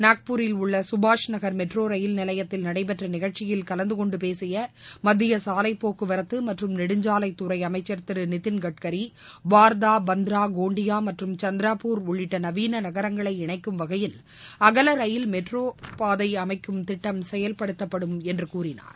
நாக்பூரில் உள்ள சுபாஷ் நகர் மெட்ரோ ரயில் நிலையத்தில் நடைபெற்ற நிகழ்ச்சியில் கலந்து கொன்டு பேசிய மத்திய சாவைப்போக்குவரத்து மற்றும் நெடுஞ்சாலைத்துறை அமைச்சர் திரு நிதின்கட்கரி வார்தா பந்த்ரா கோண்டியா மற்றம் சந்தராப்பூர் உள்ளிட்ட நவீன நகரங்களை இணைக்கும் வகையில் அகல ரயில் மெட்ரோ ரயில் பாதை அமைக்கும் திட்டம் செயல்படுத்தப்படும் என்று கூறினார்